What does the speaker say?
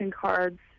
cards